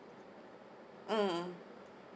mm